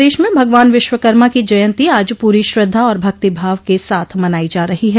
प्रदेश में भगवान विश्वकर्मा की जयंती आज पूरी श्रद्धा और भक्तिभाव के साथ सनायी जा रही है